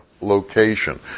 location